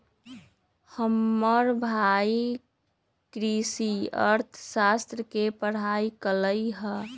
हमर भाई कृषि अर्थशास्त्र के पढ़ाई कल्कइ ह